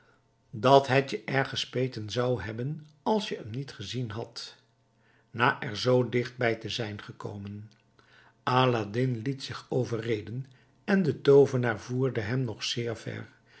dat het je erg gespeten zou hebben als je hem niet gezien had na er zoo dicht bij te zijn gekomen aladdin liet zich overreden en de toovenaar voerde hem nog zeer ver